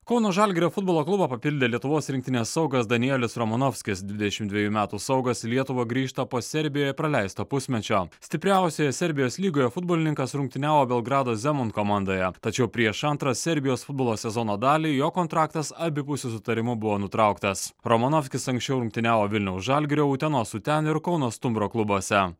kauno žalgirio futbolo klubą papildė lietuvos rinktinės saugas danielius romanovskis dvidešimt dvejų metų saugas į lietuvą grįžta po serbijoje praleisto pusmečio stipriausioje serbijos lygoje futbolininkas rungtyniavo belgrado zemon komandoje tačiau prieš antrą serbijos futbolo sezono dalį jo kontraktas abipusiu sutarimu buvo nutrauktas romanovskis anksčiau rungtyniavo vilniaus žalgirio utenos uten ir kauno stumbro klubuose